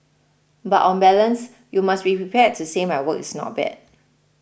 but on balance you must be prepared to say my work is not bad